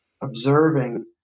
observing